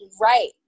Right